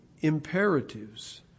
imperatives